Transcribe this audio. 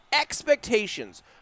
expectations